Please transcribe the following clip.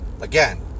Again